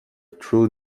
true